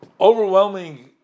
overwhelming